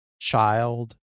child